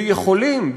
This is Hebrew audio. ויכולים,